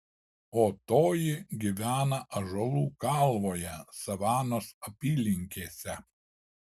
o toji gyvena ąžuolų kalvoje savanos apylinkėse